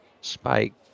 Spike